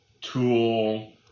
Tool